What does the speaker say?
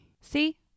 See